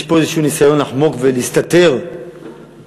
יש פה איזשהו ניסיון לחמוק ולהסתתר מהעם.